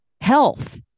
health